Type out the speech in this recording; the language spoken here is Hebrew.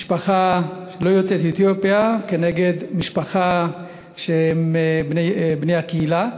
במשפחה לא יוצאת אתיופיה כנגד משפחה שהם בני הקהילה,